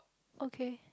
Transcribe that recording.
okay